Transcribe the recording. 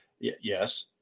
yes